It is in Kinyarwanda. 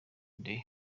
the